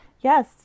Yes